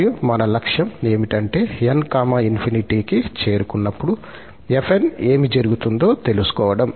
మరియు మన లక్ష్యం ఏమిటంటే 𝑛 ∞ కి చేరుకున్నప్పుడు 𝑓𝑛 ఏమి జరుగుతుందో తెలుసుకోవడం